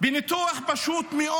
בניתוח פשוט מאוד